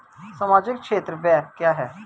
सामाजिक क्षेत्र व्यय क्या है?